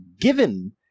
given